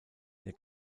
der